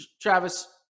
Travis